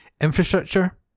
infrastructure